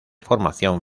formación